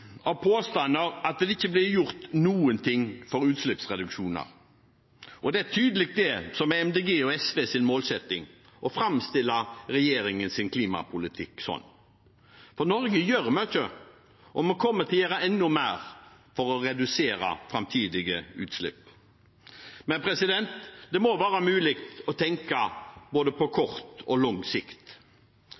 av påstander at det ikke blir gjort noen ting for utslippsreduksjoner. Det er tydelig at det er det som er Miljøpartiet De Grønne og SVs målsetting: å framstille regjeringens klimapolitikk slik. Men Norge gjør mye, og vi kommer til å gjøre enda mer for å redusere framtidige utslipp. Det må være mulig å tenke på både kort og lang sikt.